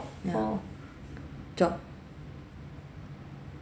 ya job